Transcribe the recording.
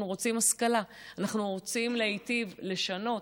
אנחנו רוצים השכלה, אנחנו רוצים להיטיב, לשנות.